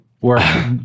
work